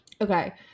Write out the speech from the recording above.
Okay